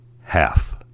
half